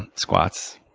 and squats.